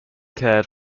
cared